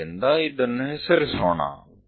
ಆದ್ದರಿಂದ ಇದನ್ನು ಹೆಸರಿಸೋಣ